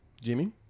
Jimmy